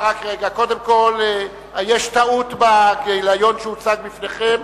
קודם כול, יש טעות בגיליון שהוצג בפניכם.